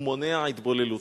גש למיקרופון.